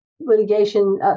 litigation